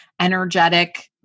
energetic